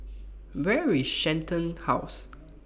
Where IS Shenton House